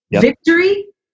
victory